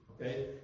okay